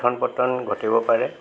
উথন পতন ঘটিব পাৰে